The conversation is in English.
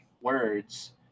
words